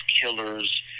killers